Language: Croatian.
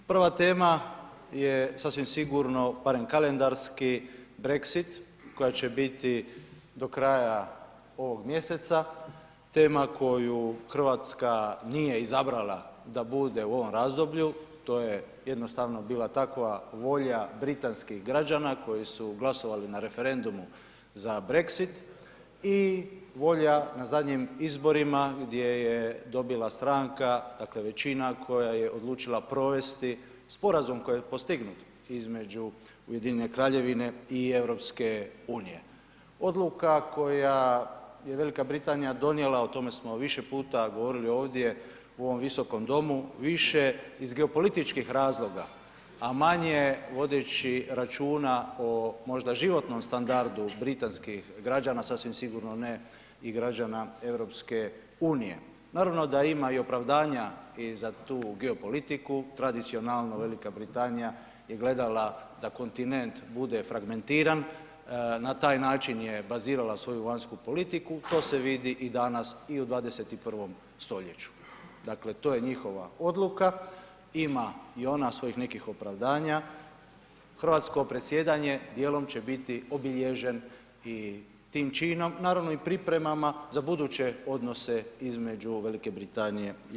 Prva tema je sasvim sigurno, barem kalendarski brexit koja će biti do kraja ovog mjeseca, tema koju RH nije izabrala da bude u ovom razdoblju, to je jednostavno bila takva volja britanskih građana koji su glasovali na referendumu za brexit i volja na zadnjim izborima gdje je dobila stranka, dakle većina koja je odlučila provesti sporazum koji je postignut između Ujedinjene Kraljevine i EU, odluka koja je Velika Britanija donijela, o tome smo više puta govorili ovdje u ovom visokom domu, više iz geopolitičkih razloga, a manje vodeći računa o možda životnom standardu britanskih građana, sasvim sigurno ne i građana EU, naravno da ima i opravdanja i za tu geopolitiku, tradicionalno Velika Britanija je gledala da kontinent bude fragmentiran, na taj način je bazirala svoju vanjsku politiku, to se vidi i danas i u 21. stoljeću, dakle to je njihova odluka, ima i ona svojih nekih opravdanja, hrvatsko predsjedanje dijelom će biti obilježen i tim činom, naravno i pripremama za buduće odnose između Velike Britanije i EU.